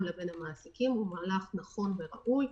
לבין המעסיקים הוא מהלך נכון וראוי.